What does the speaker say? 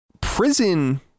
Prison